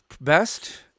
best